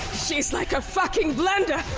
she's like a fuckin' blender,